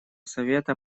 совета